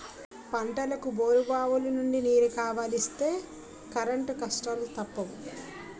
పంటలకు బోరుబావులనుండి నీరు కావలిస్తే కరెంటు కష్టాలూ తప్పవు